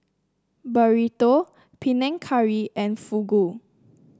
Burrito Panang Curry and Fugu